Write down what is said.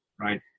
right